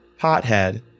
pothead